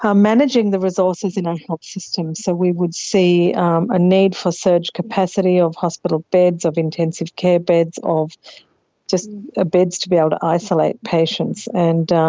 um managing the resources in our health systems. so we would see a need for surge capacity of hospital beds, of intensive care beds, of just ah beds to be able to isolate patients. and